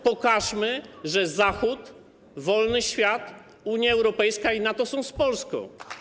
Pokażmy, że Zachód, wolny świat, Unia Europejska i NATO są z Polską.